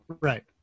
Right